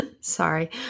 Sorry